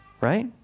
Right